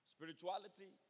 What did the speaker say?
Spirituality